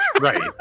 Right